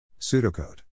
Pseudocode